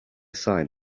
sign